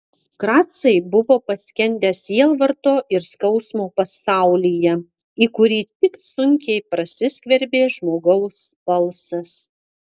kracai buvo paskendę sielvarto ir skausmo pasaulyje į kurį tik sunkiai prasiskverbė žmogaus balsas